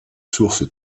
source